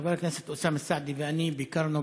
חבר הכנסת אוסאמה סעדי ואני ביקרנו